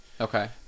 Okay